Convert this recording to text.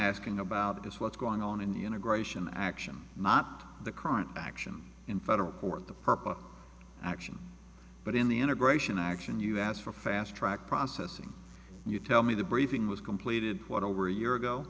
asking about is what's going on in the integration action not the current action in federal court the purpose action but in the integration action you ask for fast track processing you tell me the briefing was completed what over a year ago